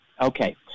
Okay